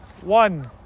one